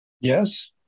Yes